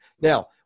Now